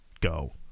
go